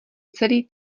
celý